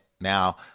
Now